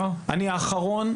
אני האחרון,